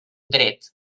dret